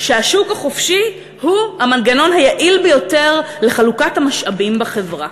שהשוק החופשי הוא המנגנון היעיל ביותר לחלוקת המשאבים בחברה.